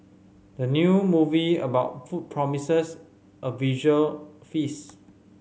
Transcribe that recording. the new movie about food promises a visual feast